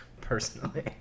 personally